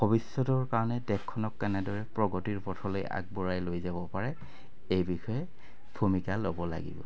ভৱিষ্যতৰ কাৰণে দেশখনক কেনেদৰে প্ৰগতিৰ পথলৈ আগবঢ়াই লৈ যাব পাৰে এই বিষয়ে ভূমিকা ল'ব লাগিব